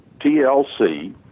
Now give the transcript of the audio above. TLC